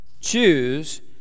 choose